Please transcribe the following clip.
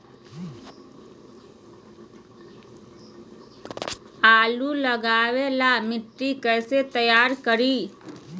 आलु लगावे ला मिट्टी कैसे तैयार करी?